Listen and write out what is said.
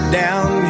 down